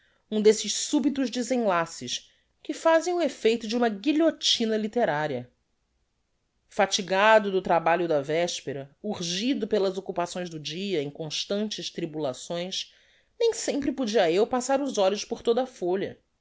um desses subitos desenlaces que fazem o effeito de uma guilhotina litteraria fatigado do trabalho da vespera urgido pelas occupações do dia em constantes tribulações nem sempre podia eu passar os olhos por toda a folha